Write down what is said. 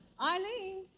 Eileen